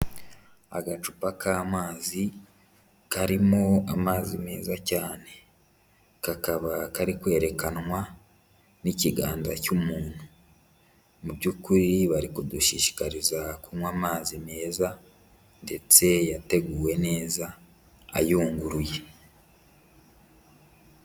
Agacupa k'amazi karimo amazi meza cyane, kakaba kari kwerekanwa n'ikiganza cy'umuntu, mu by'ukuri bari kudushyishikariza kunywa amazi meza ndetse yateguwe neza ayunguruye.